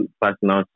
personal